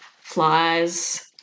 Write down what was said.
flies –